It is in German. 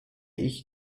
ich